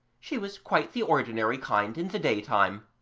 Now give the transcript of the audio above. she was quite the ordinary kind in the daytime.